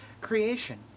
creation